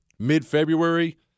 Mid-February